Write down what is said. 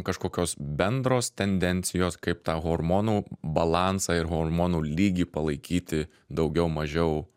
kažkokios bendros tendencijos kaip tą hormonų balansą ir hormonų lygį palaikyti daugiau mažiau